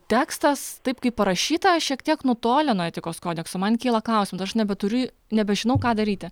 tekstas taip kaip parašyta šiek tiek nutolę nuo etikos kodekso man kyla klausimų aš nebeturiu nebežinau ką daryti